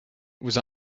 vous